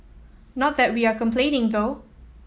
not that we are complaining though